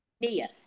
Nia